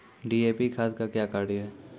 DAP खाद का क्या कार्य हैं?